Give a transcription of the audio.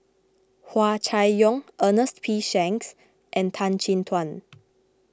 Hua Chai Yong Ernest P Shanks and Tan Chin Tuan